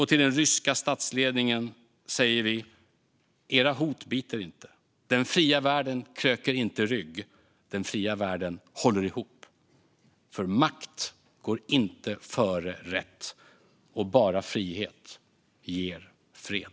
Till den ryska statsledningen säger vi: Era hot biter inte. Den fria världen kröker inte rygg, utan den fria världen håller ihop. Makt går inte före rätt, och bara frihet ger fred.